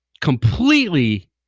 completely